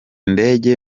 ndege